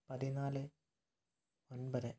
പതിനാല് ഒൻപത്